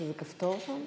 אין שם אף אחד?